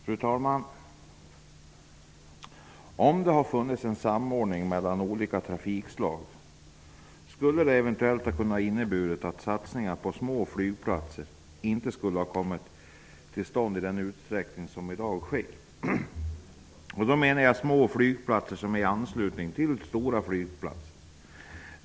Fru talman! Om det hade funnits en samordning mellan olika trafikslag skulle det eventuellt ha kunnat innebära att satsningar på små flygplatser inte hade kommit till stånd i den utsträckning som i dag sker. Jag tänker då på små flygplatser i anslutning till stora flygplatser.